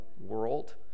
world